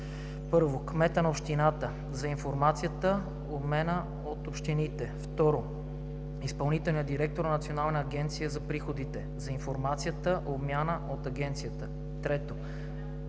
от: 1. кмета на общината – за информацията, обменяна от общините; 2. изпълнителния директор на Националната агенция за приходите – за информацията, обменяна от агенцията; 3.